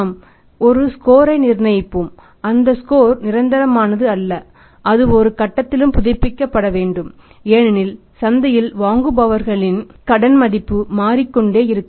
நாம் ஒரு ஸ்கோரைச் நிர்ணயிப்போம் அந்த ஸ்கோர் நிரந்தரமானது அல்ல அது ஒவ்வொரு கட்டத்திலும் புதுப்பிக்கப்பட வேண்டும் ஏனெனில் சந்தையில் வாங்குபவர்களின் கடன் மதிப்பு மாற்றிக்கொண்டே இருக்கும்